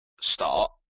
start